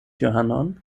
johanon